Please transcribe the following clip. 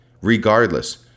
regardless